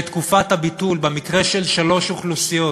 שאת תקופת הביטול במקרה של שלוש אוכלוסיות,